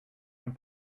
and